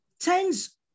tens